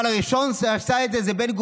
אבל הראשון שעשה את זה היה בן-גוריון,